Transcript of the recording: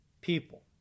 people